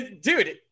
dude